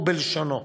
ובלשונו: